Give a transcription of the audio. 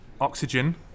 oxygen